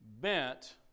bent